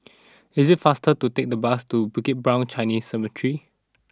it is faster to take the bus to Bukit Brown Chinese Cemetery